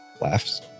laughs